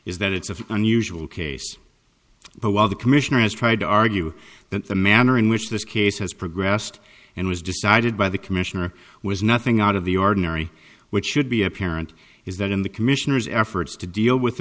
is that it's of unusual case but while the commissioner has tried to argue that the manner in which this case has progressed and was decided by the commissioner was nothing out of the ordinary which should be apparent is that in the commissioner's efforts to deal with